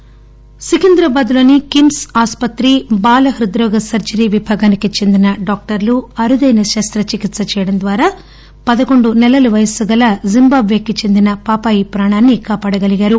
కిమ్స్ సికింద్రాబాద్లోని కిమ్ప్ ఆస్పత్రి బాల హృద్రోగ సర్లరీ విభాగం కి చెందిన డాక్టర్లు అరుదైన శస్త చికిత్స చేయడం ద్వారా పదకొండు నెలల వయస్సు గల జింబాబ్వేకి చెందిన పాపాయి ప్రాణాన్ని కాపాడగలిగారు